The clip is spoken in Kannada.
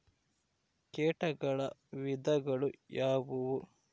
ಕೇಟಗಳ ವಿಧಗಳು ಯಾವುವು?